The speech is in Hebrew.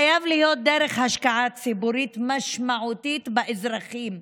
חייבת להיות בהשקעה ציבורית משמעותית באזרחים.